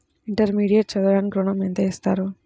Intermediate చదవడానికి ఋణం ఎంత ఇస్తారు?